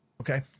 Okay